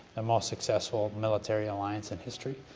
the most successful military alliance in history.